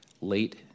late